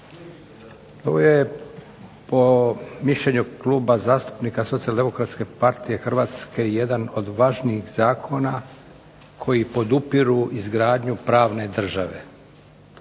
Ovo je po mišljenju Kluba zastupnika Socijaldemokratske partije Hrvatske jedan od važnijih zakona koji podupiru izgradnju pravne države.